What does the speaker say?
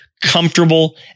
comfortable